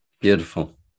Beautiful